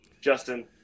Justin